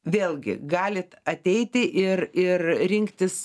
vėlgi galit ateiti ir ir rinktis